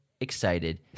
excited